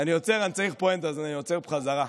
אני צריך פואנטה, אז אני עוצר בחזרה.